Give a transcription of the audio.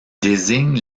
désigne